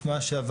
את מה שעברנו,